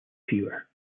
viewer